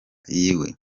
yiwe